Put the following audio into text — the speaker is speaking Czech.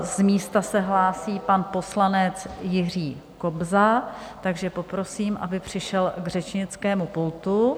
Z místa se hlásí pan poslanec Jiří Kobza, takže poprosím, aby přišel k řečnickému pultu.